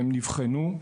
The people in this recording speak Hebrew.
והן נבחנו.